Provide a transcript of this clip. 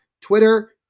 Twitter